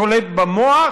שולט במוח.